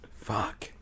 fuck